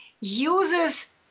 uses